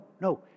no